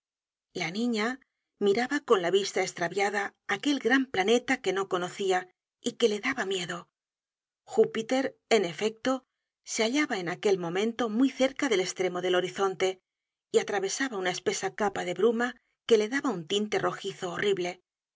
la niña miraba con la vista estraviada aquel gran planeta que no conocia y que le daba miedo júpiter en efecto se hallaba en aquel momento muy cerca del estremo del horizonte y atravesaba una espesa capa de bruma que le daba un tinte rojizo horrible